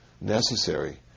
necessary